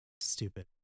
Stupid